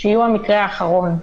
שיהיו המקרה האחרון.